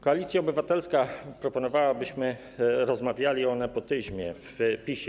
Koalicja Obywatelska proponowała, abyśmy rozmawiali o nepotyzmie w PiS-ie.